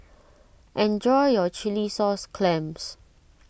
enjoy your Chilli Sauce Clams